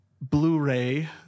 Blu-ray